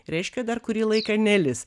reiškia dar kurį laiką nelis